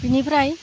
बेनिफ्राय